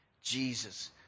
Jesus